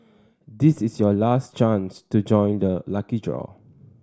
this is your last chance to join the lucky draw